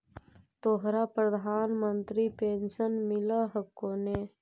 तोहरा प्रधानमंत्री पेन्शन मिल हको ने?